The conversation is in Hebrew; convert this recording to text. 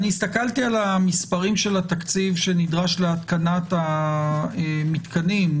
הסתכלתי על מספרי התקציב שנדרש להתקנת התקנים.